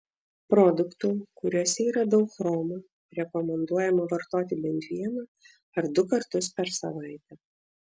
produktų kuriuose yra daug chromo rekomenduojama vartoti bent vieną ar du kartus per savaitę